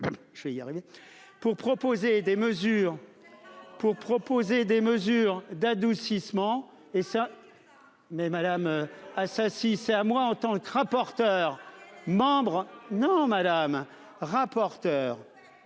Pour proposer des mesures d'adoucissement et ça. Mais Madame. Ah ça si c'est à moi, en tant que rapporteur membre non madame rapporteur.